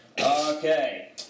Okay